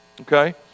okay